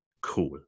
cool